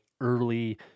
early